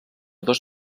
dos